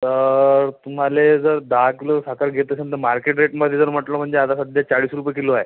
तर तुम्हाला जर दहा किलो साखर घेत असन तर मार्केट रेटमध्ये जर म्हटलं म्हणजे आता सध्या चाळीस रुपये किलो आहे